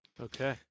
Okay